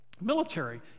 Military